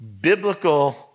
biblical